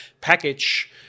package